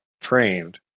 trained